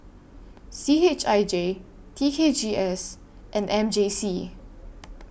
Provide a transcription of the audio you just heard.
C H I J T K G S and M J C